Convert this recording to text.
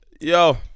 yo